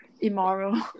immoral